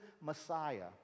Messiah